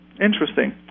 Interesting